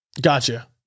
gotcha